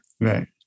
right